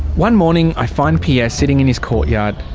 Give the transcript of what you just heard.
one morning i find pierre sitting in his courtyard.